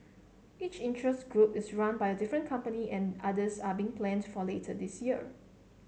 each interest group is run by a different company and others are being planned for later this year